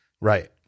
Right